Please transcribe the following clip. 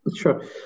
sure